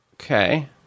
Okay